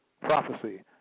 prophecy